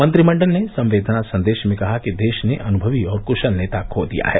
मंत्रिमंडल ने संवेदना संदेश में कहा कि देश ने अनुभवी और क्शल नेता खो दिया है